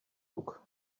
book